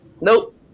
Nope